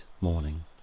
Morning